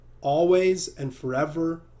always-and-forever